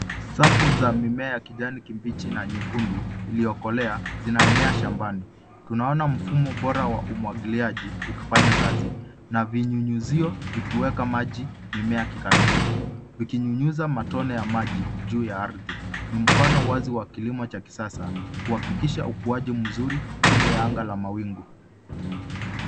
Safu za mimea ya kijani kibichi na nyekundu iliyokolea zinaenea shambani. Tunaona mfumo bora wa umwagiliaji ukifanya kazi na vinyunyizio vikiweka maji mimea kikamilifu vikinyunyiza matone ya maji juu ya ardhi. Ni mfano wazi wa kilimo cha kisasa kuhakikisha ukuaji mzuri chini ya anga la mawingu.